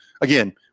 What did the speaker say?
Again